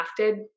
crafted